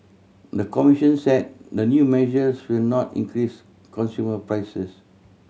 the commission said the new measures will not increase consumer prices